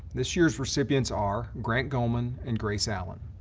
this year's recipients are grant gohmann and grace allen.